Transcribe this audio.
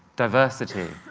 diversity,